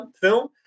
film